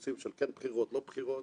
גברתי היועצת המשפטית.